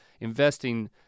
investing